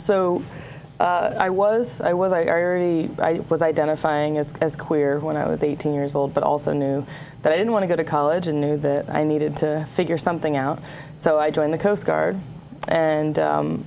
o i was i was i was identifying as as clear when i was eighteen years old but i also knew that i didn't want to go to college and knew that i needed to figure something out so i joined the coast guard and